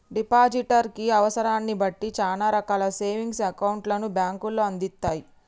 depositor కి అవసరాన్ని బట్టి చానా రకాల సేవింగ్స్ అకౌంట్లను బ్యేంకులు అందిత్తయ్